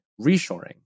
reshoring